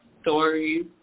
stories